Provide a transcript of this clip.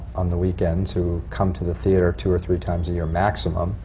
on the weekends who come to the theatre two or three times a year, maximum,